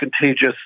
contagious